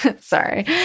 Sorry